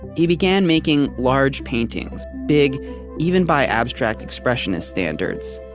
he began making large paintings, big even by abstract expressionist standards,